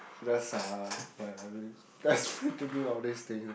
just ah just trying to do all these things ah